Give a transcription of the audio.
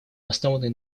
основанный